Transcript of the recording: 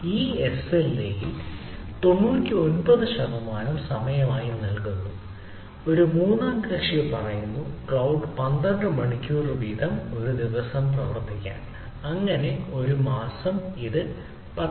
ഇത് എസ്എൽഎയിൽ 99 ശതമാനം സമയമായി നൽകുന്നു ഒരു മൂന്നാം കക്ഷി പറയുന്നു ക്ലൌഡ് 12 മണിക്കൂർ വീതം ഒരു ദിവസം പ്രവർത്തിക്കാൻ അങ്ങനെ ഒരു മാസം ഇത് 10